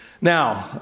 Now